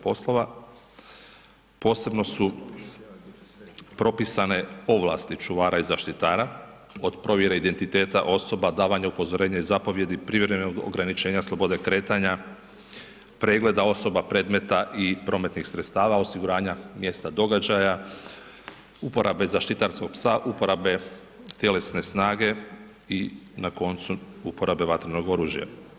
Posebno su propisane ovlasti čuvara i zaštitara od provjere identiteta osoba, davanje upozorenja i zapovijedi, privremenog ograničenja slobode kretanja, pregleda osoba, predmeta i prometnih sredstava, osiguranja mjesta događaja, uporabe zaštitarskog psa, uporabe tjelesne snage i na koncu uporabe vatrenog oružja.